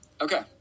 Okay